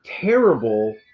terrible